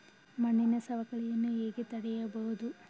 ಮಣ್ಣಿನ ಸವಕಳಿಯನ್ನು ಹೇಗೆ ತಡೆಯಬಹುದು?